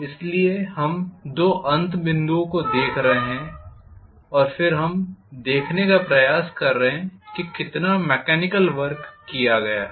इसलिए हम दो अंत बिंदुओं को देख रहे हैं और फिर हम देखने का प्रयास कर रहे हैं कि कितना मेकॅनिकल वर्क किया गया है